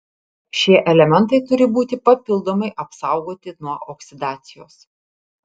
šie elementai turi būti papildomai apsaugoti nuo oksidacijos